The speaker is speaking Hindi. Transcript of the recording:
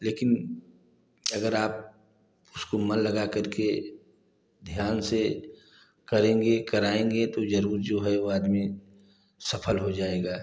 लेकिन अगर आप उसको मन लगाकर के ध्यान से करेंगे कराएँगे तो जरुर जो है वो आदमी सफल हो जाएगा